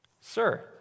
Sir